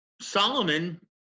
Solomon